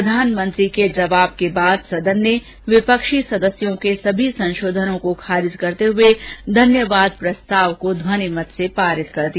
प्रधानमंत्री के जवाब के बाद सदन ने विपक्षी सदस्यों के सभी संशोधनों को खारिज करते हुए धन्यवाद प्रस्ताव को ध्वनिमत से पारित कर दिया